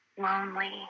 lonely